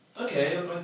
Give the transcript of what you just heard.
okay